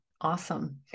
Awesome